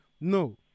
no